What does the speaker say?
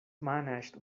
managed